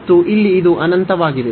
ಮತ್ತು ಇಲ್ಲಿ ಇದು ಅನಂತವಾಗಿದೆ